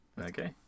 Okay